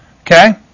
okay